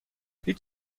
هیچ